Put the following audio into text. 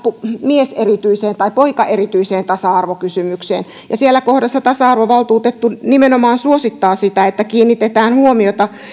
mieserityiseen tai poikaerityiseen tasa arvokysymykseen siellä kohdassa tasa arvovaltuutettu nimenomaan suosittaa sitä että kiinnitetään huomiota